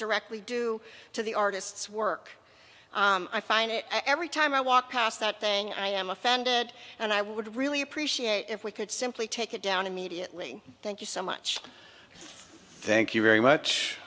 directly due to the artist's work i find it every time i walk past that thing i am offended and i would really appreciate if we could simply take it down immediately thank you so much thank you very much